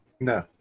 No